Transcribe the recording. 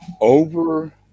over